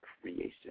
creation